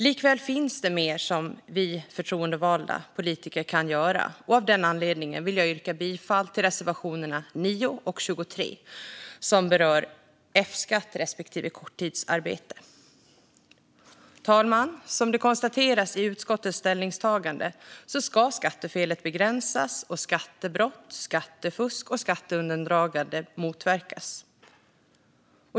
Likväl finns det mer som vi förtroendevalda politiker kan göra. Av den anledningen vill jag yrka bifall till reservationerna 9 och 21, som berör F-skatt respektive korttidsarbete. Herr talman! Som det konstateras i utskottets ställningstagande ska skattefelet begränsas och skattebrott, skattefusk och skatteundandragande motverkas.